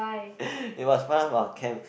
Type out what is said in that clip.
it was part of our camp